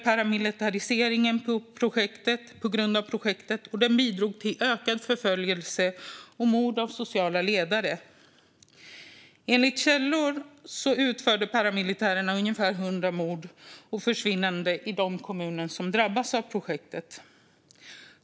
Paramilitariseringen ökade på grund av projektet och bidrog till mord och ökad förföljelse av sociala ledare. Enligt källor utförde paramilitärerna ungefär 100 mord och försvinnanden i de kommuner som drabbats av projektet.